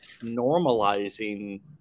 normalizing